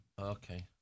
Okay